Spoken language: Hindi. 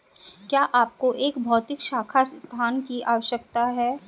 क्या आपको एक भौतिक शाखा स्थान की आवश्यकता है?